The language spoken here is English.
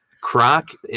Croc